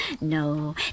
No